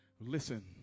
Listen